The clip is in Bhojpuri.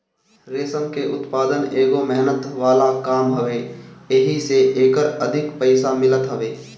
रेशम के उत्पदान एगो मेहनत वाला काम हवे एही से एकर अधिक पईसा मिलत हवे